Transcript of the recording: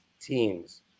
teams